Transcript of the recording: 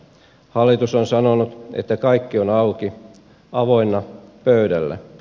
hallitus on sanonut että kaikki on auki avoinna pöydällä